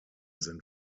sind